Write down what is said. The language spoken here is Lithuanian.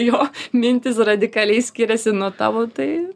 jo mintys radikaliai skiriasi nuo tavo tai